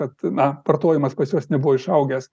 kad na vartojimas pas juos nebuvo išaugęs